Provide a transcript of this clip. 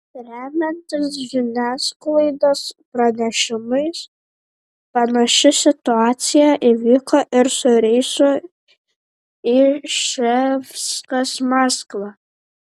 remiantis žiniasklaidos pranešimais panaši situacija įvyko ir su reisu iževskas maskva